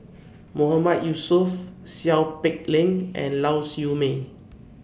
Mahmood Yusof Seow Peck Leng and Lau Siew Mei